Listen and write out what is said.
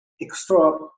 extra